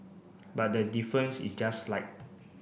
but the difference is just slight